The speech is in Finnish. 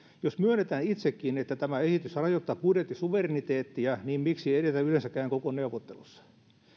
jos myönnetään itsekin että tämä esitys rajoittaa budjettisuvereniteettiä niin miksi edetä yleensäkään koko neuvottelussa